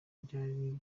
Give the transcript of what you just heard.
ryari